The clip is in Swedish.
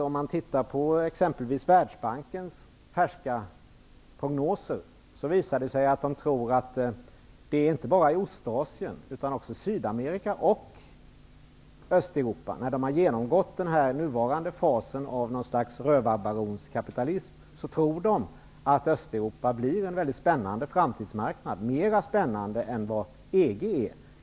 I t.ex. Världsbankens färska prognoser visar det sig att man tror att det inte bara är i Ostasien utan även i Sydamerika och i Östeuropa, när man där har genomgått den nuvarande fasen av något slags rövarbaronskapitalism, som det kommer att finnas en mycket spännande framtidsmarknad, mer spännande än vad EG är.